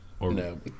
No